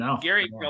Gary